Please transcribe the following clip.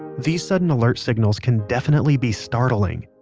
these sudden alert signals can definitely be startling.